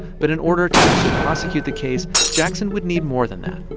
but in order to actually prosecute the case, jackson would need more than that.